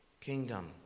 kingdom